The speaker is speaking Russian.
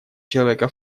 человека